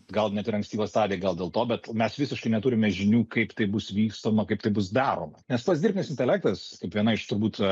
gal net ir ankstyva stadija gal dėl to bet mes visiškai neturime žinių kaip tai bus vykstama kaip tai bus daroma nes pats dirbtinis intelektas kaip viena iš turbūt